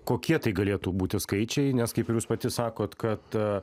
kokie tai galėtų būti skaičiai nes kaip jūs pati sakot kad a